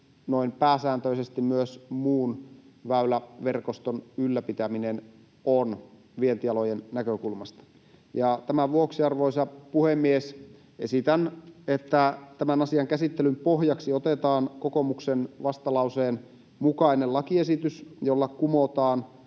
noin pääsääntöisesti myös muun väyläverkoston ylläpitäminen on vientialojen näkökulmasta. Tämän vuoksi, arvoisa puhemies, esitän, että tämän asian käsittelyn pohjaksi otetaan kokoomuksen vastalauseen mukainen lakiesitys, jolla kumotaan